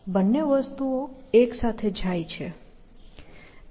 બંને વસ્તુઓ એક સાથે જાય છે